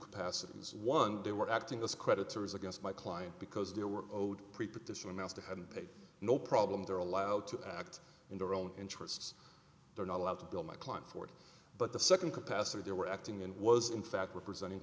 capacities one they were acting as creditors against my client because there were owed pre partition else to hadn't paid no problem they're allowed to act in their own interests they're not allowed to bill my client for it but the second capacity they were acting in was in fact representing